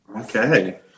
Okay